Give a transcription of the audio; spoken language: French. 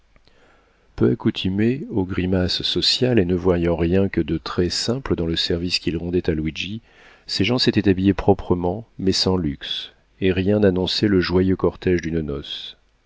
peu accoutumés aux grimaces sociales et ne voyant rien que de très-simple dans le service qu'ils rendaient à luigi ces gens s'étaient habillés proprement mais sans luxe et rien n'annonçait le joyeux cortége d'une noce